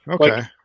okay